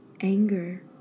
anger